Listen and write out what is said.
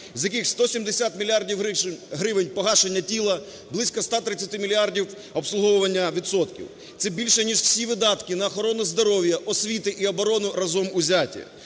з яких 170 мільярдів гривень - погашення тіла, близька 130 мільярдів - обслуговування відсотків. Це більше, ніж всі видатки на охорону здоров'я, освіту і оборону разом узяті.